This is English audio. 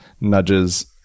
nudges